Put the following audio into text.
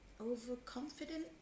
overconfident